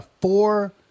four